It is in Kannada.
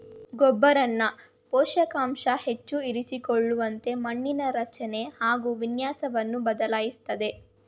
ಗೊಬ್ಬರನ ಪೋಷಕಾಂಶ ಹೆಚ್ಚು ಇರಿಸಿಕೊಳ್ಳುವಂತೆ ಮಣ್ಣಿನ ರಚನೆ ಹಾಗು ವಿನ್ಯಾಸವನ್ನು ಬದಲಾಯಿಸ್ತದೆ